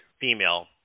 female